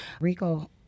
Rico